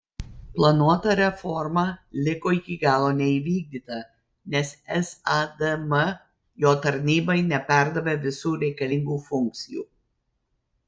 planuota reforma liko iki galo neįvykdyta nes sadm jo tarnybai neperdavė visų reikalingų funkcijų